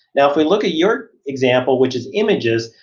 now if we look at your example, which is images,